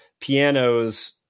Pianos